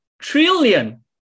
trillion